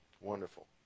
Wonderful